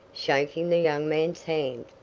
shaking the young man's hand.